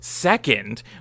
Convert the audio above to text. Second